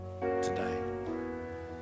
today